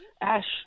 Ash